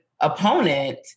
opponent